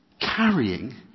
carrying